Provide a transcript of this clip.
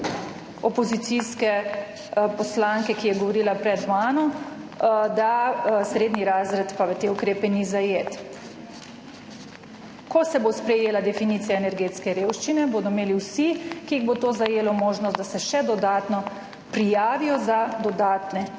opozicijske poslanke, ki je govorila pred mano, da pa v te ukrepe srednji razred ni zajet. Ko se bo sprejela definicija energetske revščine, bodo imeli vsi, ki jih bo to zajelo, možnost, da se še dodatno prijavijo za dodatne